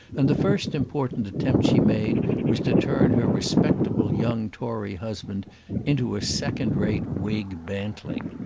and the first important attempt she made was to turn her respectable young tory husband into a second-rate whig bantling.